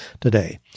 today